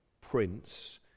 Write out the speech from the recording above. prince